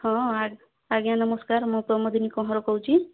ହଁ ଆ ଆଜ୍ଞା ନମସ୍କାର୍ ମୁଁ ପ୍ରମୋଦିନି କହ୍ନର କହୁଛି